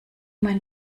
mein